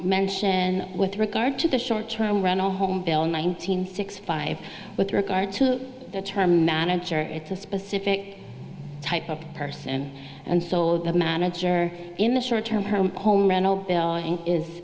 mention with regard to the short term rental home bill nine hundred sixty five with regard to the term manager it's a specific type of person and sold the manager in the short term her home rental billing is